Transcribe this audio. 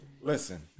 Listen